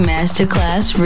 Masterclass